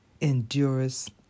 endures